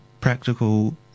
practical